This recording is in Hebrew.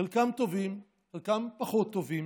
חלקם טובים, חלקם פחות טובים,